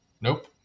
nope